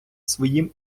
своїм